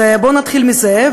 אז בוא נתחיל מזה.